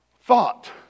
thought